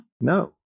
No